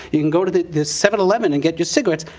you can go to the seven eleven and get your cigarettes.